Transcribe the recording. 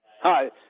Hi